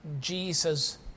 Jesus